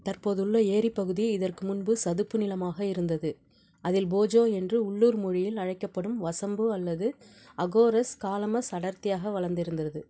தற்போது உள்ள ஏரி பகுதி இதற்கு முன்பு சதுப்பு நிலமாக இருந்தது அதில் போஜோ என்று உள்ளூர் மொழியில் அழைக்கப்படும் வசம்பு அல்லது அகோரஸ் காலமஸ் அடர்த்தியாக வளர்ந்திருந்தருது